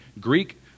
Greek